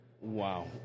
Wow